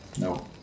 No